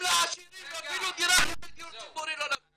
לעשירים ואפילו דירה אחת לדיור ציבורי לא נתנו